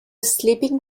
sleeping